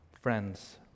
Friends